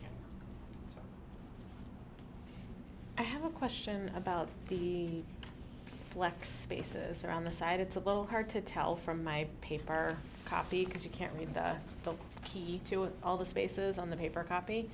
can't i have a question about the flex spaces around the site it's a little hard to tell from my paper copy because you can't read that the key to it all the spaces on the paper copy